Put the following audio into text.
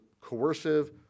coercive